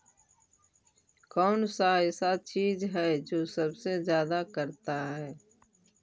कौन सा ऐसा चीज है जो सबसे ज्यादा करता है?